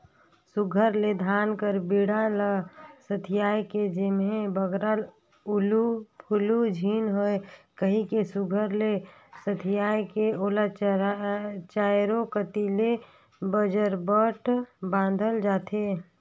सुग्घर ले धान कर बीड़ा ल सथियाए के जेम्हे बगरा उलु फुलु झिन होए कहिके सुघर ले सथियाए के ओला चाएरो कती ले बजरबट बाधल जाथे